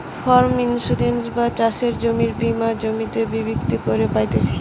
farm insurance বা চাষের জমির বীমা জমিতে ভিত্তি কইরে পাইতেছি